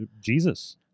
Jesus